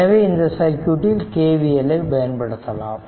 எனவே இந்த சர்க்யூட்டில் KVL ஐ பயன்படுத்தலாம்